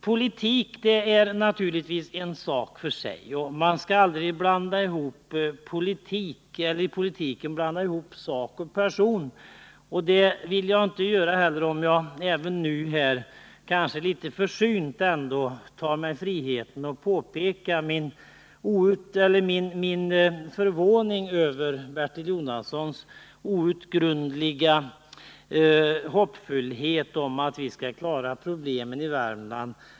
Politik är naturligtvis en sak för sig, och man skall i politiken aldrig blanda ihop sak och person. Jag vill inte göra det nu heller, även om jag kanske ändå litet försynt tar mig friheten att påpeka min förvåning över Bertil Jonassons outgrundliga hoppfullhet om att vi skall klara problemen i Värmland.